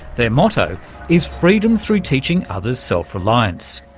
their motto is freedom through teaching others self-reliance.